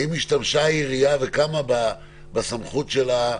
האם השתמשה העירייה וכמה השתמשה בסמכות שלה,